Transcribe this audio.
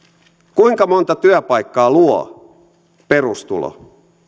kuinka monta työpaikkaa luo perustulo